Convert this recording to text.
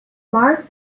mars